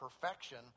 perfection